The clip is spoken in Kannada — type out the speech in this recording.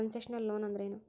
ಕನ್ಸೆಷನಲ್ ಲೊನ್ ಅಂದ್ರೇನು?